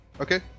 Okay